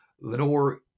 Lenore